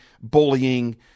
bullying